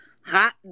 Hot